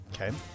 Okay